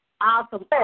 awesome